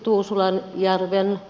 arvoisa puhemies